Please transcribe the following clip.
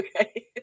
okay